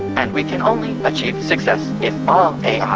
and we can only achieve success if all a i.